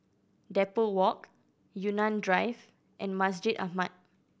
Depot Walk Yunnan Drive and Masjid Ahmad